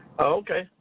Okay